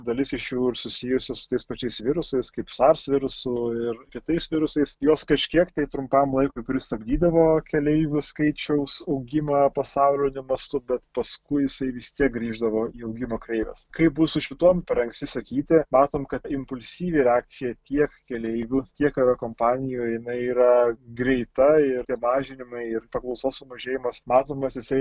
dalis iš jų ir susijusi su tais pačiais virusais kaip sars virusu ir kitais virusais jos kažkiek tai trumpam laikui pristabdydavo keleivių skaičiaus augimą pasauliniu mastu bet paskui jisai vis tiek grįždavo į augimo kreives kaip bus su šitom per anksti sakyti matom kad impulsyvi reakcija tiek keleivių tiek aviakompanijų jinai yra greita ir tie mažinimai ir paklausos sumažėjimas matomas jisai